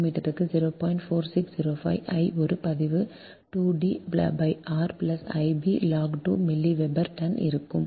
4605 I ஒரு பதிவு 2 D r I b log 2 Milli Weber டன் இருக்கும்